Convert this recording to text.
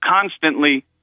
constantly